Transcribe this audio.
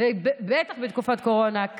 בטח בתקופת הקורונה,